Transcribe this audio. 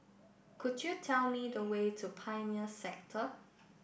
could you tell me the way to Pioneer Sector